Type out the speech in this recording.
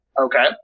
Okay